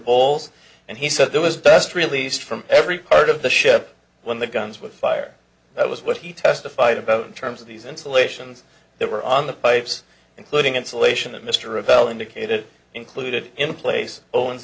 bowles and he said there was best released from every part of the ship when the guns with fire that was what he testified about terms of these installations that were on the pipes including insulation that mr yvel indicated included in place owens